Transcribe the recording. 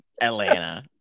Atlanta